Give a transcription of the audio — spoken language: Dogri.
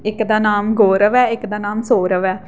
इक दा नांऽ गौरव ऐ इक दा नांऽ सौरव ऐ